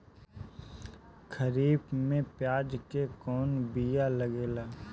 खरीफ में प्याज के कौन बीया लागेला?